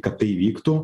kad tai įvyktų